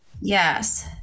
Yes